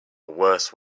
worse